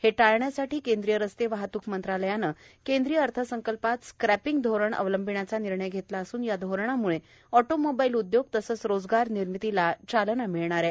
हे टाळण्यासाठी केंद्रीय रस्ते वाहतूक मंत्रालयाने केंद्रीय अर्थसंकल्पात स्क्रॅपिंग धोरण अवलंबिण्याचा निर्णय घेतला असून या धोरणाम्ळे ऑटोमोबाईल उद्योग तसेच रोजगार निर्मितीला चालना मिळणार आहे